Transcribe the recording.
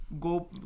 go